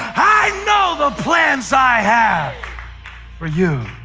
i know the plans i have for you.